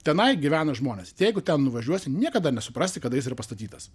tenai gyvena žmonės jeigu ten nuvažiuosi niekada nesuprasi kada jis yra pastatytas